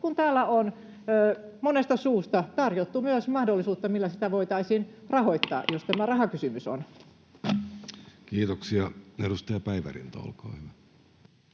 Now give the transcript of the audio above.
kun täällä on monesta suusta tarjottu myös mahdollisuutta, millä sitä voitaisiin rahoittaa, jos tämä rahakysymys on. Kiitoksia. — Edustaja Päivärinta, olkaa hyvä.